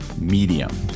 medium